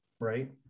right